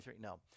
No